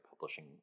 publishing